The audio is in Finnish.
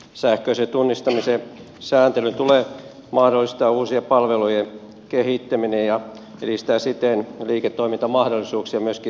sähköisen tunnistamisen sääntelyn tulee mahdollistaa uusien palvelujen kehittäminen ja edistää siten liiketoimintamahdollisuuksia myöskin tälle alueelle